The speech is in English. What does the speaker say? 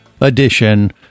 edition